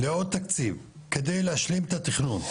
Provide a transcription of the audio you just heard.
בעוד תקציב כדי להשלים את התכנון,